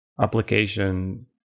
application